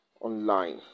online